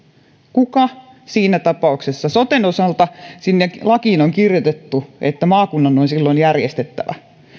kuka siinä tapauksessa kun soten osalta sinne lakiin on kirjoitettu että maakunnan on silloin järjestettävä